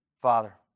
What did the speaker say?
father